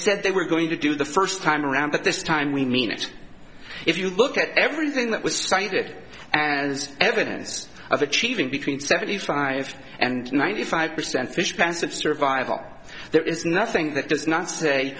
said they were going to do the first time around but this time we mean it if you look at everything that was cited and as evidence of achieving between seventy five and ninety five percent fishponds of survival there is nothing that does not say